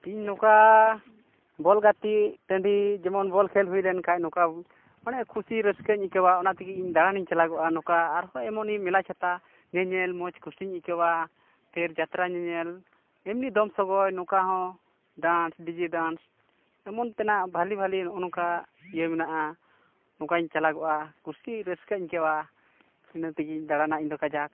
ᱤᱧ ᱱᱚᱠᱟ ᱵᱚᱞ ᱜᱟᱛᱮ ᱴᱟᱺᱰᱤ ᱡᱮᱢᱚᱱ ᱵᱚᱞ ᱠᱷᱮᱞ ᱦᱩᱭ ᱞᱮᱱ ᱠᱷᱟᱡ ᱱᱚᱠᱟ ᱠᱷᱩᱥᱤ ᱨᱟᱹᱥᱠᱟᱹᱧ ᱟᱹᱭᱠᱟᱹᱣᱟ ᱚᱱᱟ ᱛᱮᱜᱮ ᱤᱧ ᱫᱟᱬᱟᱱᱤᱧ ᱪᱟᱞᱟᱜᱚᱜᱼᱟ ᱱᱚᱠᱟ ᱟᱨᱦᱚᱸ ᱮᱢᱚᱱᱤᱧ ᱢᱮᱞᱟ ᱪᱷᱟᱛᱟ ᱧᱮᱧᱮᱞ ᱢᱚᱡᱽ ᱠᱷᱩᱥᱤᱧ ᱟᱹᱭᱠᱟᱹᱣᱟ ᱯᱷᱮᱨ ᱡᱟᱛᱨᱟ ᱧᱮᱧᱮᱞ ᱮᱢᱱᱤ ᱫᱚᱢ ᱥᱚᱜᱚᱭ ᱱᱚᱝᱠᱟ ᱦᱚᱸ ᱰᱟᱱᱥ ᱰᱤᱡᱤ ᱰᱟᱱᱥ ᱮᱢᱚᱱ ᱛᱮᱱᱟᱜ ᱵᱷᱟᱞᱮ ᱵᱷᱟᱞᱮ ᱱᱚᱜᱼᱚᱸᱭ ᱱᱚᱝᱠᱟ ᱤᱭᱟᱹ ᱢᱮᱱᱟᱜᱼᱟ ᱱᱚᱝᱠᱟᱧ ᱪᱟᱞᱟᱜᱼᱟ ᱠᱩᱥᱤ ᱨᱟᱹᱥᱠᱟᱹᱧ ᱟᱹᱭᱠᱟᱹᱣᱟ ᱤᱱᱟᱹ ᱛᱮᱜᱮᱧ ᱫᱟᱬᱟᱱᱟ ᱤᱧ ᱫᱚ ᱠᱟᱡᱟᱠ